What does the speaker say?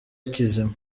kizima